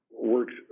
works